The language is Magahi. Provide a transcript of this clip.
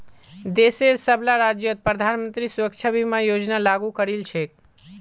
देशेर सबला राज्यत प्रधानमंत्री सुरक्षा बीमा योजना लागू करील छेक